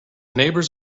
neighbors